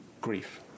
grief